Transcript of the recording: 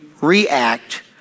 react